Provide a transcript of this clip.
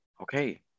Okay